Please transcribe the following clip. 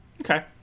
Okay